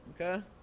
okay